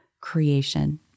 creation